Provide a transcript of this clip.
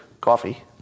coffee